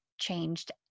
changed